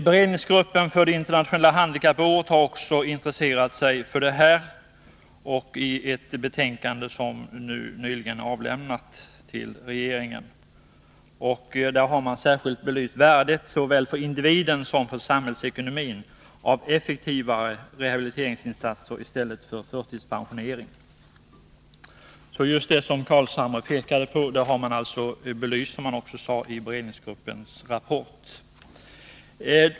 Beredningsgruppen för det internationella handikappåret har också intresserat sig för den här frågan. I ett betänkande som nyligen avlämnats till regeringen har den särskilt belyst värdet såväl för individen som för samhällsekonomin av effektivare rehabiliteringsinsatser i stället för förtidspensionering. Just det som Nils Carlshamre pekade på i sitt anförande har man alltså belyst i beredningsgruppens rapport.